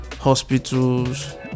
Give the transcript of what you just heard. hospitals